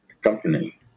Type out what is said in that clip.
company